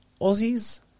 Aussies